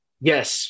Yes